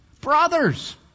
brothers